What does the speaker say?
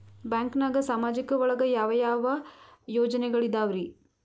ಬ್ಯಾಂಕ್ನಾಗ ಸಾಮಾಜಿಕ ಒಳಗ ಯಾವ ಯಾವ ಯೋಜನೆಗಳಿದ್ದಾವ್ರಿ?